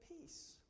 peace